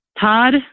Todd